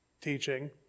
teaching